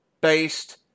based